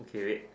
okay wait